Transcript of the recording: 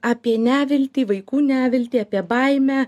apie neviltį vaikų neviltį apie baimę